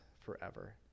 forever